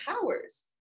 powers